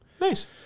Nice